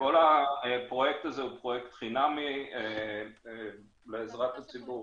כל הפרויקט הזה הוא פרויקט חינמי לעזרת הציבור.